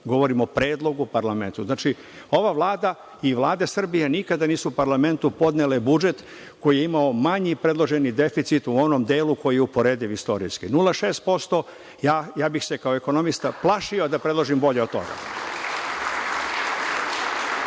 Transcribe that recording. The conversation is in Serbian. govorim o predlogu parlamentu. Znači, ova Vlada i vlade Srbije nikada nisu parlamentu podnele budžet koji je imao manji predloženi deficit u onom delu koji je uporediv, istorijski 0,6%. Ja bih se kao ekonomista plašio da predložim bolje od toga. Samo